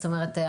זאת אומרת,